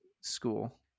school